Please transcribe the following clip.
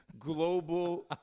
global